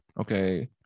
okay